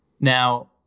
now